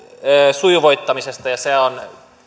sujuvoittamisesta ja se on